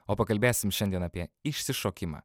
o pakalbėsim šiandien apie išsišokimą